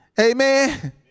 Amen